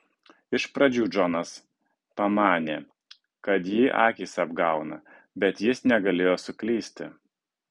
iš pradžių džonas pamanė kad jį akys apgauna bet jis negalėjo suklysti